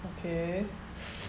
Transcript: okay